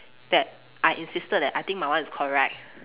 that I insisted that I think my one is correct